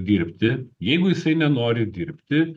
dirbti jeigu jisai nenori dirbti